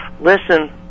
listen